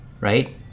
right